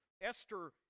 Esther